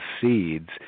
seeds